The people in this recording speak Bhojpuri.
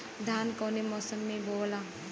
धान कौने मौसम मे बोआला?